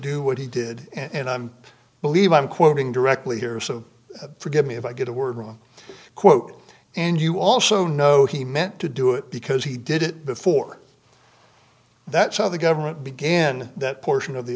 do what he did and i'm believe i'm quoting directly here so forgive me if i get a word quote and you also know he meant to do it because he did it before that's how the government began that portion of the